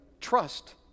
trust